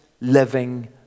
living